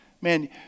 Man